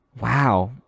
wow